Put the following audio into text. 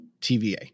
TVA